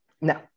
No